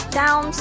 down